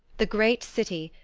the great city,